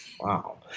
Wow